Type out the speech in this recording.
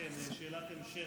שאלת המשך